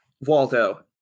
Waldo